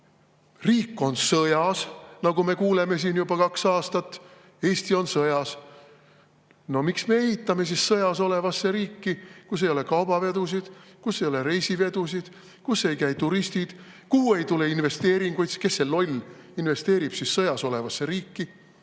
riik on sõjas, nagu me kuuleme siin, juba kaks aastat Eesti on sõjas. Miks me ehitame sõjas olevasse riiki, kus ei ole kaubavedusid, kus ei ole reisijatevedusid, kus ei käi turistid, kuhu ei tule investeeringuid, sest kes see loll investeerib sõjas olevasse riiki?